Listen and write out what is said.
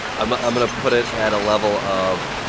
i'm ah i'm going to put it at a level of,